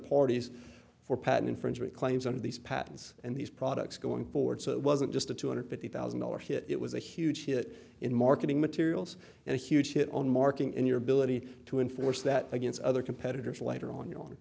parties for patent infringement claims of these patterns and these products going forward so it wasn't just a two hundred fifty thousand dollars hit it was a huge hit in marketing materials and a huge hit on marking in your ability enforce that against other competitors later on your